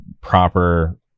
proper